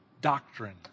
doctrine